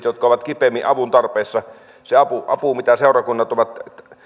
jotka ovat kipeimmin avun tarpeessa mahdollisuudet apuun mitä seurakunnat ovat